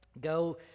go